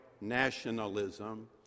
nationalism